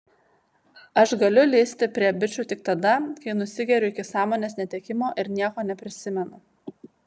aš galiu lįsti prie bičų tik tada kai nusigeriu iki sąmonės netekimo ir nieko neprisimenu